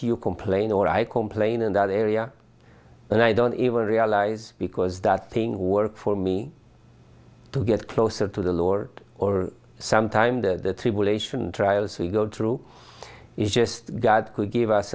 you complain or i complain in that area and i don't even realize because that thing work for me to get closer to the lord or sometime the relation trials we go through is just god who gave us